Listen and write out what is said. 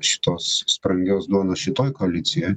šitos sprangios duonos šitoj koalicijoj